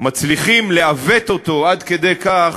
מצליחים לעוות עד כדי כך,